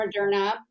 Moderna